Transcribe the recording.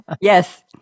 Yes